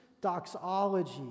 doxology